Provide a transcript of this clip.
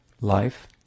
life